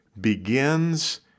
begins